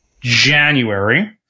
January